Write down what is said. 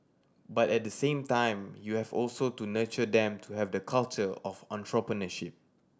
but at the same time you have also to nurture them to have the culture of entrepreneurship